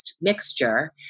mixture